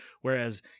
Whereas